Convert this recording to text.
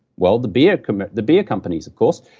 well, the beer kind of the beer companies, of course.